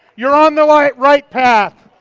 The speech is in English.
you're on the like right path.